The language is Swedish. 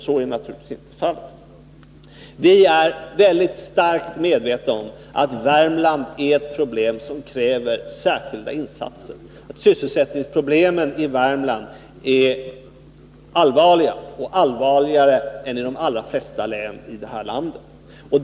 Så är naturligtvis inte fallet. Vi är starkt medvetna om att Värmland är ett län som kräver särskilda insatser och att sysselsättningsproblemen i Värmland är allvarliga och allvarligare än i de allra flesta län i det här landet.